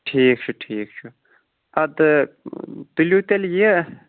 ٹھیٖک چھُ ٹھیٖک چھُ اَدٕ تُلِو تیٚلہِ یہِ